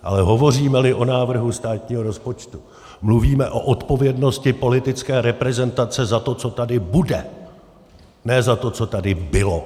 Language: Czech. Ale hovořímeli o návrhu státního rozpočtu, mluvíme o odpovědnosti politické reprezentace za to, co tady bude, ne za to, co tady bylo.